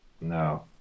No